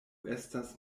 estas